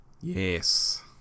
Yes